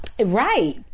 Right